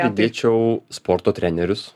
pridėčiau sporto trenerius